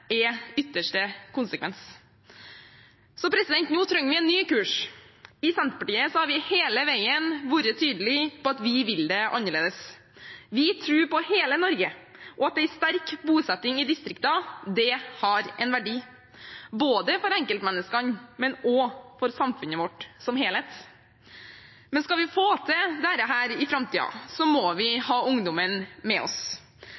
ytterste konsekvens. Nå trenger vi en ny kurs. I Senterpartiet har vi hele veien vært tydelige på at vi vil det annerledes. Vi tror på hele Norge og på at en sterk bosetting i distriktene har en verdi både for enkeltmenneskene og for samfunnet vårt som helhet. Men skal vi få til dette i framtiden, må vi ha ungdommen med oss,